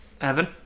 Evan